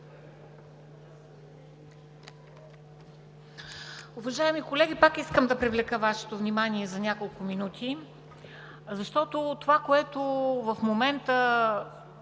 Уважаеми колеги! Пак искам да привлека Вашето внимание за няколко минути, защото това, което в момента